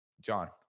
John